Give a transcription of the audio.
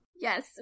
Yes